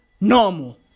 normal